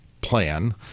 plan